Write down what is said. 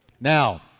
Now